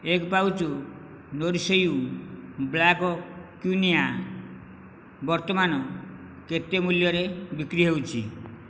ଏକ pouch Nourish You black quinoa ବର୍ତ୍ତମାନ କେତେ ମୂଲ୍ୟରେ ବିକ୍ରି ହେଉଛି